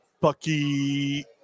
Bucky